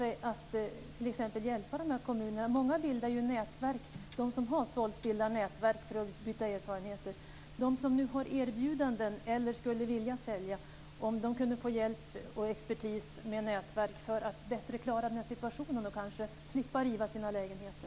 Fru talman! Skulle ministern kunna tänka sig att hjälpa de här kommunerna? Många av dem som har sålt bildar nätverk för att utbyta erfarenheter. De som nu har erbjudanden, eller som skulle vilja sälja - kunde de få hjälp och expertis med nätverk för att bättre klara den här situationen och kanske slippa riva sina lägenheter?